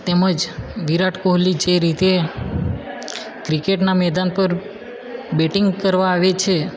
તેમજ વિરાટ કોહલી જે રીતે ક્રિકેટના મેદાન પર બેટિંગ કરવા આવે છે